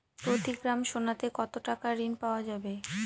প্রতি গ্রাম সোনাতে কত টাকা ঋণ পাওয়া যাবে?